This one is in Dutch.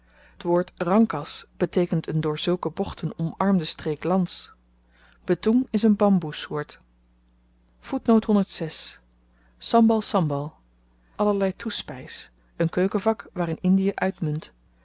t woord rangkas beteekent een door zulke bochten omarmde streek lands betoeng is een bamboes soort sambal sambal allerlei toespys n keukenvak waarin indiën uitmunt